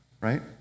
right